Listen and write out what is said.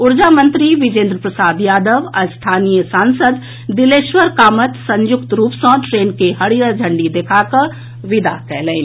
ऊर्जा मंत्री विजेंद्र प्रसाद यादव आ स्थानीय सांसद दिलेश्वर कामैत संयुक्त रूप सँ ट्रेन के हरियर झंडी देखा कऽ विदा कएलनि